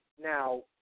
now